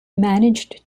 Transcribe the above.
managed